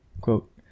quote